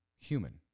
human